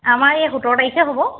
আমাৰ এই সোতৰ তাৰিখে হ'ব